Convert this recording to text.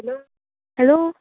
hello hello